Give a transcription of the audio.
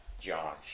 josh